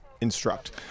instruct